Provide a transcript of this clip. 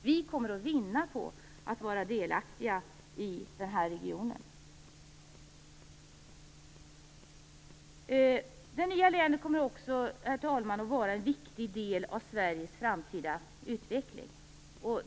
Vi kommer att vinna på att vara delaktiga i den här regionen. Herr talman! Det nya länet kommer också att vara en viktig del av Sveriges framtida utveckling.